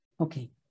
Okay